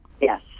yes